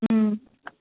ꯎꯝ